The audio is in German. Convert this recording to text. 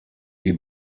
die